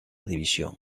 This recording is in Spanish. división